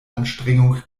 anstrengung